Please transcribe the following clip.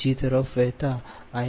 20 0